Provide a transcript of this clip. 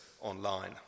online